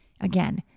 Again